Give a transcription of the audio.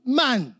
man